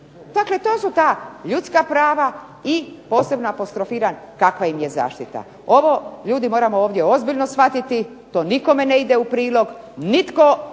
Dakle, to su ta ljudska prava i posebno apostrofiram kakva im je zaštita. Ovo ljudi moramo ovdje ozbiljno shvatiti. To nikome ne ide u prilog. Nitko od